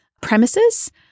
premises